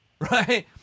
Right